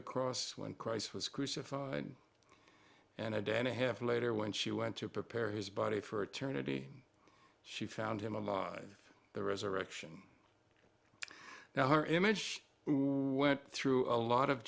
the cross when christ was crucified and a day and a half later when she went to prepare his body for eternity she found him a lot of the resurrection now her image who went through a lot of